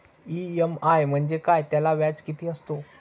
EMI म्हणजे काय? त्याला व्याज किती असतो?